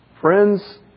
Friends